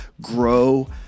grow